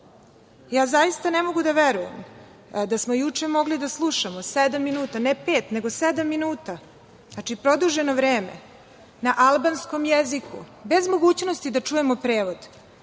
ne mogu da verujem da smo juče mogli da slušamo, ne pet, nego sedam minuta, znači produžene vreme, na albanskom jeziku bez mogućnosti da čujemo prevod.